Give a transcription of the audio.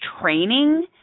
training